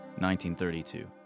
1932